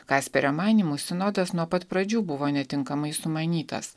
kasperio manymu sinodas nuo pat pradžių buvo netinkamai sumanytas